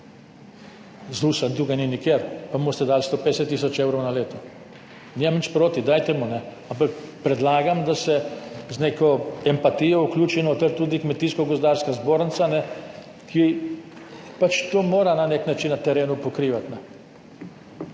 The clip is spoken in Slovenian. ZDUS tukaj ni nikjer, pa mu boste dali 150 tisoč evrov na leto. Nimam nič proti, dajte mu, ne, ampak predlagam, da se z neko empatijo vključi noter tudi Kmetijsko gozdarska zbornica, ki to mora na nek način na terenu pokrivati.